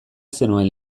zenuen